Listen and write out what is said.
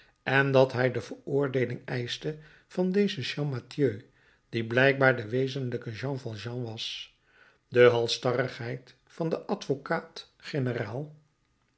en dat hij de veroordeeling eischte van dezen champmathieu die blijkbaar de wezenlijke jean valjean was de halsstarrigheid van den advocaat-generaal